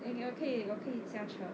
then 你可以我可以驾车